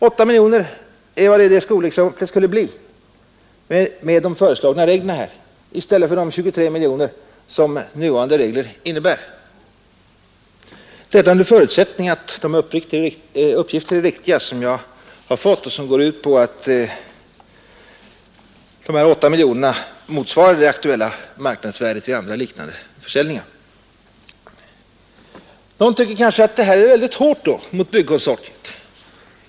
8 miljoner kronor är vad det i detta skolexempel skulle bli enligt de föreslagna reglerna i stället för 23 miljoner kronor enligt nuvarande regler, detta under förutsättning att de uppgifter är riktiga som jag fått och som går ut på att de 8 miljonerna motsvarar det aktuella markvärdet vid andra liknande försäljningar. Någon tycker kanske att detta är väldigt hårt mot byggkonsortiet.